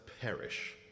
perish